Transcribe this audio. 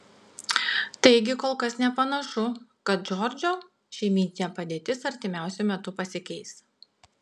taigi kol kas nepanašu kad džordžo šeimyninė padėtis artimiausiu metu pasikeis